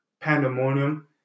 pandemonium